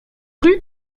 rue